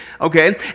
okay